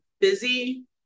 busy